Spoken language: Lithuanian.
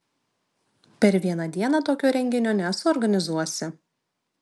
per vieną dieną tokio renginio nesuorganizuosi